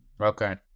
Okay